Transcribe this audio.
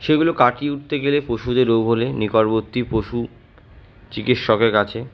সেগুলো কাটিয়ে উঠতে গেলে পশুদের রোগ হলে নিকটবর্তী পশু চিকিসৎকের কাছে